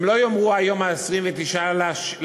הם לא יאמרו: היום 29 לראשון.